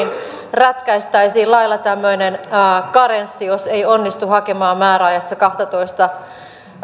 ratkaistaisiin lailla tämmöinen karenssi jos ei onnistu hakemaan määräajassa kahtatoista